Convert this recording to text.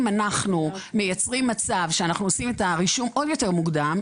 אם אנחנו מייצרים מצב שאנחנו עושים את הרישום עוד יותר מוקדם,